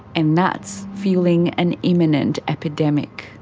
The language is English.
and that's fuelling an imminent epidemic.